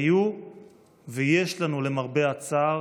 היו ויש לנו, למרבה הצער,